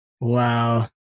Wow